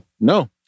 No